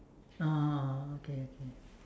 (uh huh) oh okay okay